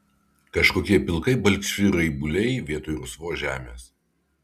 kažkokie pilkai balkšvi raibuliai vietoj rusvos žemės